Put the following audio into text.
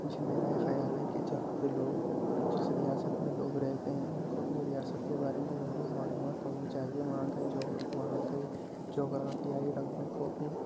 جی میرا یہ خیال ہے کہ جہاں پہ لوگ جس ریاست میں لوگ رہتے ہیں ان کو اپنی ریاست کے بارے میں ضرور معلومات ہونی چاہیے وہاں کا جو وہاں کے جغرافیائی رقبے کو بھی